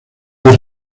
allí